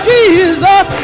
Jesus